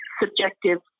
subjective